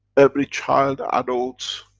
every child, adult,